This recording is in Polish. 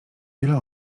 wiele